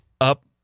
up